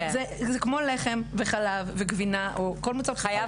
זה כמו לחם, חלב וגבינה, וזה חייב להיות בסל.